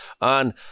on